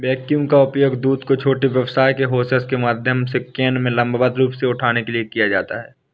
vacuum का उपयोग दूध को छोटे व्यास के होसेस के माध्यम से कैन में लंबवत रूप से उठाने के लिए किया जाता है